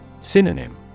Synonym